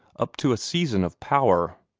up to a season of power.